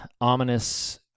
ominous